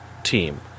team